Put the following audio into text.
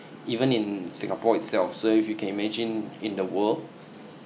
even in singapore itself so if you can imagine in the world